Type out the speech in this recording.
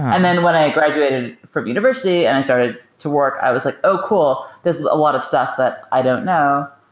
and then when i graduated from the university and i started to work, i was like, oh, cool. this is a lot of stuff that i don't know.